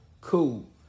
cool